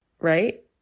Right